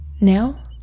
Now